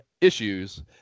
issues